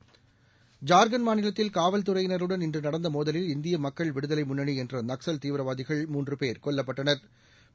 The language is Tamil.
ஐா்க்கண்ட் மாநிலத்தில் காவல்துறையினருடன் இன்றுநடந்தமோதலில் இந்தியமக்கள் விடுதலைமுன்னணிஎன்றநக்கல் தீவிரவாதிகள் மூன்றுபோ் கொல்லப்பட்டனா்